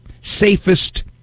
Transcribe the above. safest